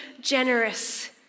generous